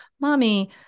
mommy